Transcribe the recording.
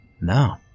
no